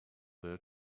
there